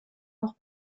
noch